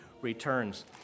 returns